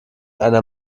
einer